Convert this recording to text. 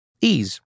Ease